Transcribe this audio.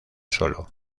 solo